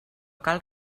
cal